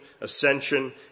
ascension